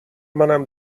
منم